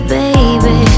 baby